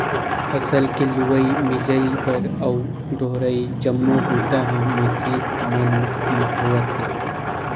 फसल के लुवई, मिजई बर अउ डोहरई जम्मो बूता ह मसीन मन म होवत हे